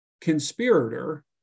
conspirator